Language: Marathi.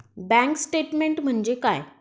बँक स्टेटमेन्ट म्हणजे काय?